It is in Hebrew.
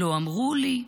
לא אמרו לי,